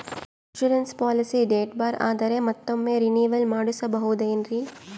Insurance policy date bar ಆದರೆ ಮತ್ತೊಮ್ಮೆ renewal ಮಾಡಿಸಬಹುದೇ ಏನ್ರಿ?